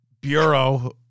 bureau